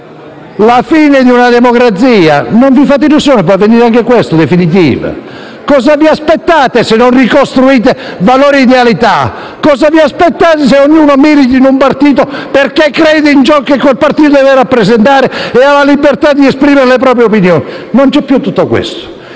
La fine di una democrazia? Non fatevi illusioni, può avvenire anche questo, la fine definitiva. Cosa vi aspettate se non ricostruite valori e idealità? Cosa vi aspettate se ognuno milita in un partito, perché crede in ciò che quel partito deve rappresentare e ha la libertà di esprimere le proprie opinioni? Non c'è più tutto questo.